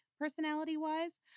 personality-wise